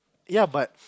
ya but